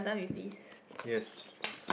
yes